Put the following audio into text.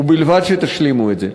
ובלבד שתשלימו את זה.